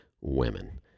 women